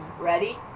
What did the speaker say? Ready